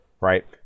right